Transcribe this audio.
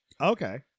Okay